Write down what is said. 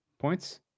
points